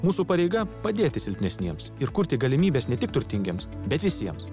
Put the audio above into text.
mūsų pareiga padėti silpnesniems ir kurti galimybes ne tik turtingiems bet visiems